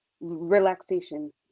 Relaxation